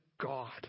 God